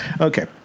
okay